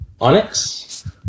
Onyx